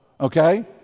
okay